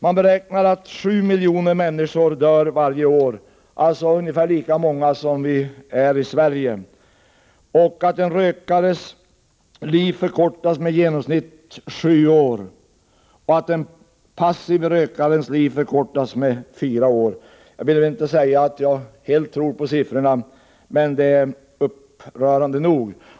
Man beräknar att 7 miljoner människor dör varje år, alltså ungefär lika många som bor i Sverige, och att en rökares liv förkortas med i genomsnitt sju år och att en passiv rökares liv förkortas med fyra år. Jag vill inte säga att jag helt tror på dessa siffror, men de är upprörande nog.